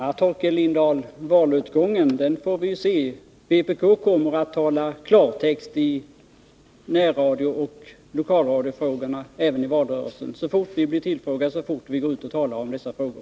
Herr talman! Hur valutgången blir får vi se, Torkel Lindahl. Vpk kommer att tala klartext i närradiooch lokalradiofrågorna även i valrörelsen så fort vi blir tillfrågade och så fort vi går ut och talar om dessa frågor.